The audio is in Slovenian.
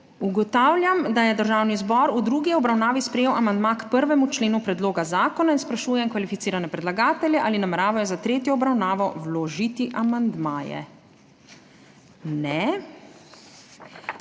Ugotavljam, da je Državni zbor v drugi obravnavi sprejel amandma k 1. členu predloga zakona, in sprašujem kvalificirane predlagatelje, ali nameravajo za tretjo obravnavo vložiti amandmaje? Ne.